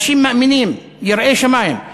אנשים מאמינים, יראי שמים.